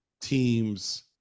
team's